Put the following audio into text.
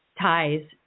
ties